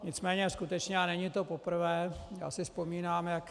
Nicméně skutečně, a není to poprvé, vzpomínám si, jak...